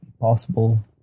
possible